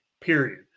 period